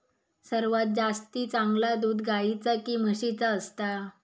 सर्वात जास्ती चांगला दूध गाईचा की म्हशीचा असता?